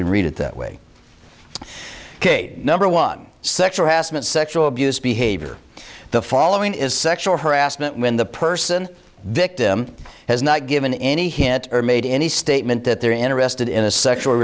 can read it that way ok number one sexual harassment sexual abuse behavior the following is sexual harassment when the person victim has not given any hint or made any statement that they're interested in a sexual